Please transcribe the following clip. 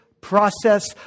process